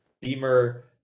Beamer